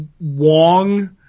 Wong